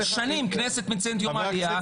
שנים הכנסת מציינת את יום העלייה,